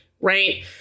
Right